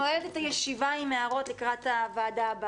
הישיבה עם הערות לקראת הוועדה הבאה, תודה רבה.